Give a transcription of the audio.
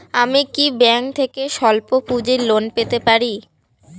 আমি কি ব্যাংক থেকে স্বল্প পুঁজির লোন পেতে পারি?